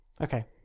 Okay